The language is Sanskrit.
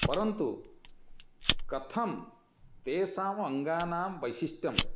परन्तु कथं तेषाम् अङ्गानां वैशिष्ट्यम्